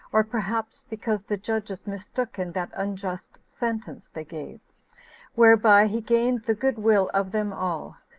or perhaps because the judges mistook in that unjust sentence they gave whereby he gained the good will of them all.